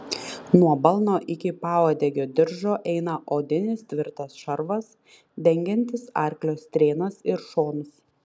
nuo balno iki pauodegio diržo eina odinis tvirtas šarvas dengiantis arklio strėnas ir šonus